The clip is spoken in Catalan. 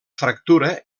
fractura